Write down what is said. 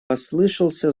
послышался